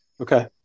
Okay